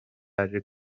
aje